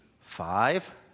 five